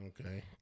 Okay